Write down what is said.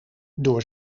door